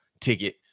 ticket